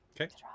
Okay